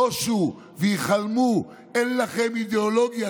בושו והיכלמו, אין לכם אידיאולוגיה.